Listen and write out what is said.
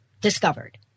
discovered